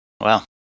Wow